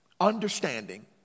understanding